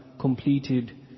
completed